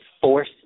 force